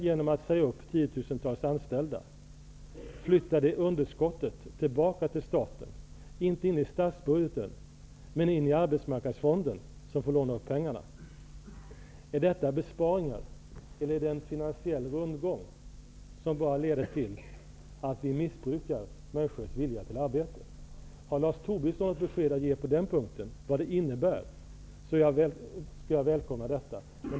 Genom att säga upp tiotusentals anställda flyttar kommunen tillbaka underskottet till staten, via arbetsmarknadsfonden som får låna upp pengarna. Är det verkligen fråga om besparingar eller är det bara en finasiell rundgång som leder till att man missbrukar människors vilja till arbete? Har Lars Tobisson något besked att ge på den punkten? Jag skulle välkomna ett besked om vad detta innebär.